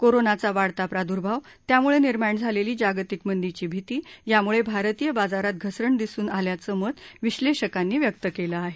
कोरोनाचा वाढता प्राद्भाव त्याम्ळे निर्माण झालेली जागतिक मंदीची भिती याम्ळे भारतीय बाजारात घसरण दिसून आल्याचं मत विश्लेषकांनी व्यक्त केलं आहे